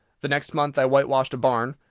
the next month i white-washed a barn.